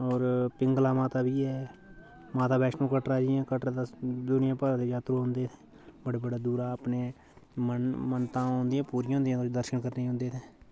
होर पिंगला माता बी ऐ माता बैश्णो कटरा जियां कटरा दा अस दुनियां भर दे जात्तरू औंदे इत्थै बड़े बड़े दूरा अपने मन मन्नतां उंदियां पूरियां होंदियां दर्शन करने गी औंदे उत्थैं